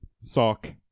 Sock